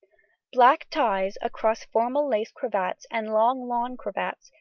black ties across formal lace cravats, and long lawn cravats,